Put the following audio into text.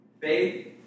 Faith